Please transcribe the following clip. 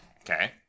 Okay